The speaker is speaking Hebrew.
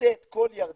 חוצה את כל ירדן